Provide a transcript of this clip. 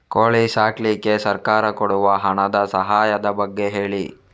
ಕೋಳಿ ಸಾಕ್ಲಿಕ್ಕೆ ಸರ್ಕಾರ ಕೊಡುವ ಹಣದ ಸಹಾಯದ ಬಗ್ಗೆ ಹೇಳಿ